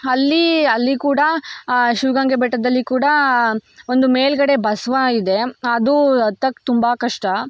ಅಲ್ಲಿ ಅಲ್ಲಿ ಕೂಡ ಆ ಶಿವಗಂಗೆ ಬೆಟ್ಟದಲ್ಲಿ ಕೂಡ ಒಂದು ಮೇಲುಗಡೆ ಬಸವ ಇದೆ ಅದು ಹತ್ತೋಕ್ ತುಂಬ ಕಷ್ಟ